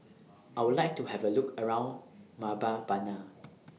I Would like to Have A Look around Mbabana